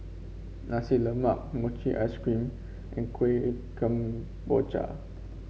Nasi Lemak Mochi Ice Cream and Kueh Kemboja